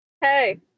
Hey